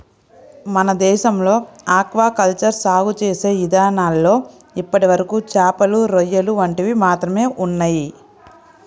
మన దేశంలో aquaculture సాగు చేసే ఇదానాల్లో ఇప్పటివరకు చేపలు, రొయ్యలు వంటివి మాత్రమే ఉన్నయ్